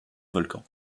volcans